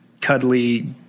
cuddly